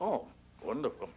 oh wonderful